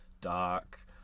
dark